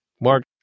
Mark